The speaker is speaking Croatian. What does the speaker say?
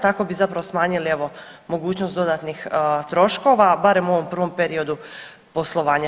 Tako bi zapravo smanjili evo mogućnost dodatnih troškova, barem u ovom prvom periodu poslovanja.